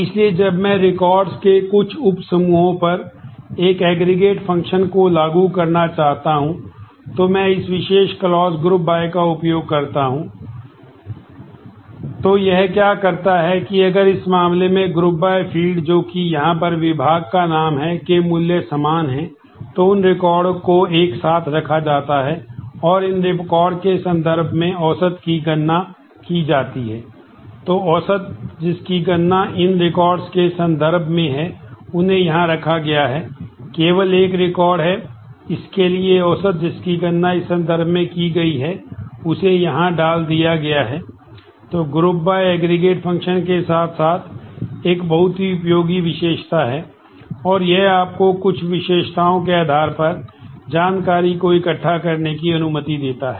इसलिए जब मैं रिकॉर्ड्स पर एकत्रीकरण की गणना की जा सकती है